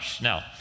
Now